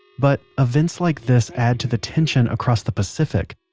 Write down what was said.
but events like this add to the tension across the pacific.